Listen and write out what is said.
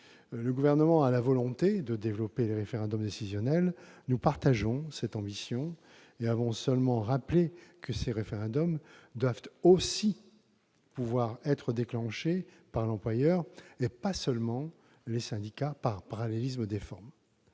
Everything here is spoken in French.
Le Gouvernement a la volonté de développer les référendums décisionnels. Nous partageons cette ambition et avons seulement rappelé que ces référendums doivent aussi pouvoir être déclenchés par l'employeur et non seulement par les syndicats, par parallélisme des formes.